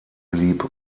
blieb